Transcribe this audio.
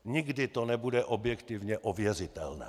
Nikdy to nebude objektivně ověřitelné.